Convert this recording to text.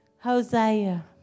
Hosea